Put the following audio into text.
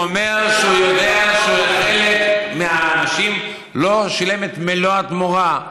הוא אומר שהוא יודע שלחלק מהאנשים הוא לא שילם את מלוא התמורה,